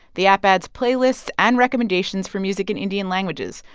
the app adds playlists and recommendations for music in indian languages,